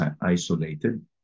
isolated